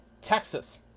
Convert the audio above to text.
Texas